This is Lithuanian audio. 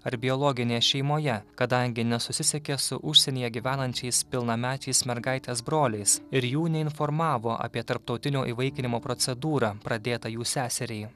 ar biologinėje šeimoje kadangi nesusisiekė su užsienyje gyvenančiais pilnamečiais mergaitės broliais ir jų neinformavo apie tarptautinio įvaikinimo procedūrą pradėtą jų seseriai